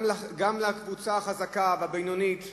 גם לקבוצה החזקה והבינונית,